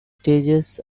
stages